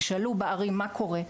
תשאלו בערים מה קורה?